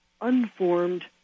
unformed